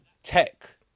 Tech